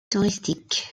touristique